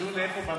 לדון איפה?